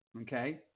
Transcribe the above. okay